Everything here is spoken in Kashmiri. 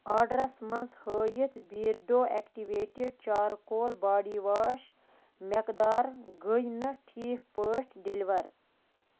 آرڈرَس منٛز ہٲیِتھ بیٖرڈو اٮ۪کٹِویٹِڈ چارکول باڈی واش مٮ۪قدار گٔے نہٕ ٹھیٖک پٲٹھۍ ڈٮ۪لِوَر